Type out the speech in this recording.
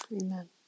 Amen